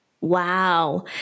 Wow